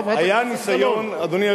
חברת הכנסת גלאון.